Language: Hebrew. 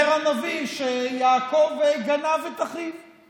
אומר הנביא שיעקב גנב את אחיו.